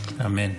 אמן.